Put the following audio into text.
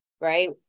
Right